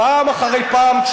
פעם אחר פעם,